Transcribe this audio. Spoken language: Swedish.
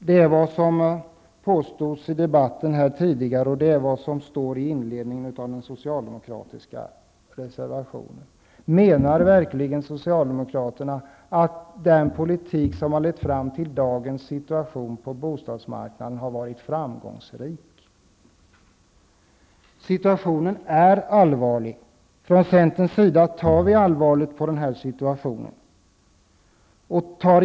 Det är ju vad man har påstått i debatten tidigare, och det sägs också inledningsvis i den socialdemokratiska reservationen. Menar således socialdemokraterna verkligen att den politik som har lett fram till dagens situation på bostadsmarknaden har varit framgångsrik? Situationen är allvarlig. Vi i centern tar situationen på allvar.